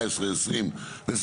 18, 20 ו-25.